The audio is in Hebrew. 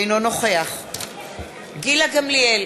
אינו נוכח גילה גמליאל,